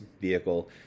vehicle